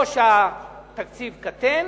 או שהתקציב קטן